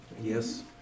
Yes